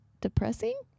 depressing